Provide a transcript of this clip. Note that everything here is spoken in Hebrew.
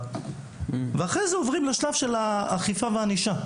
ואחר-כך עוברים לשלב של אכיפה וענישה.